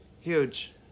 Huge